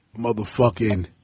motherfucking